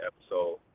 episode